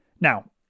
Now